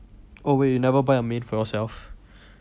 oh wait you never buy a main for yourself